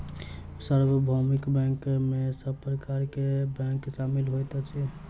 सार्वभौमिक बैंक में सब प्रकार के बैंक शामिल होइत अछि